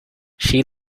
she